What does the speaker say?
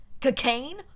Cocaine